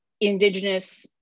indigenous